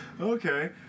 Okay